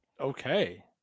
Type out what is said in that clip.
okay